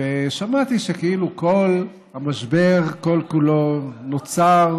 שמעתי שכאילו כל המשבר, כל-כולו, נוצר